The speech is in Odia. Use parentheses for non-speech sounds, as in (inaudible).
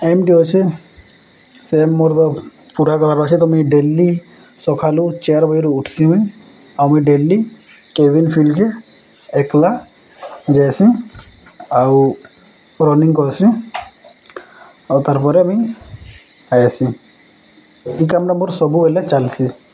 ଏମ୍ ଟି ଅଛେ ସେ ଏମ୍ ମୋର ତ ପୁରା ଗବ ଅଛେ ତ ମୁଇ ଡେଲି ସଖାଲୁ ଚେୟାର (unintelligible) ବହିରୁ ଉଠସି ମୁଇଁ ଆଉ ମୁଇ ଡେଲି କେଭିିନ ଫିଲ୍କେ ଏକଲା ଯାଏସି ଆଉ ରନିଙ୍ଗ କର୍ସି ଆଉ ତାର୍ ପରେରେ ମୁଇଁ ଆଇଏସି ଏଇ କାମଟା ମୋର ସବୁ ହେଲେ ଚାଲିସି